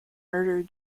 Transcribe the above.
murder